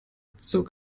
zog